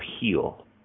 heal